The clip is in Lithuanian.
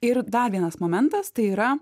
ir dar vienas momentas tai yra